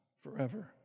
forever